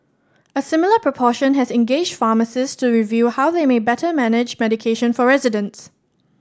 a similar proportion has engaged pharmacists to review how they may better manage medication for residents